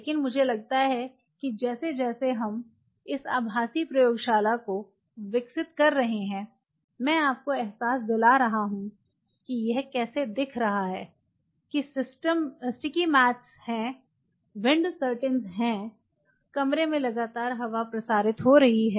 लेकिन मुझे लगता है कि जैसे जैसे हम इस आभासी प्रयोगशाला को विकसित कर रहे हैं मैं आपको अहसास दिला रहा हूँ कि यह कैसा दिख रहा है कि स्टिकी मैट है विंड कर्टेन है कमरे में लगातार हवा प्रसारित हो रही है